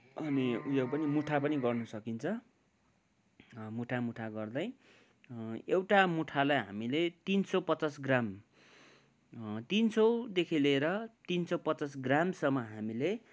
अनि यो पनि मुठा पनि गर्न सकिन्छ मुठा मुठा गर्दै एउटा मुठालाई हामीले तिन सौ पचास ग्राम तिन सौदेखि लिएर तिन सौ पचास ग्रामसम्म हामीले